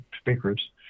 speakers